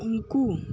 ᱩᱱᱠᱩ